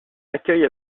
accueille